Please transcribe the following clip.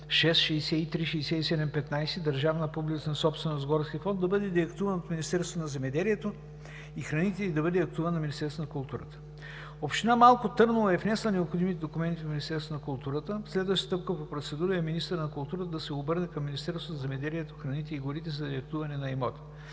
466636715 – държавна публична собственост горски фонд, да бъде деактуван от Министерството на земеделието и храните и да бъде актуван на Министерството на културата. Община Малко Търново е внесла необходимите документи до Министерството на културата. Следващата стъпка по процедура е министърът на културата да се обърне към Министерството на земеделието храните и горите за деактуване на имота